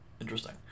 Interesting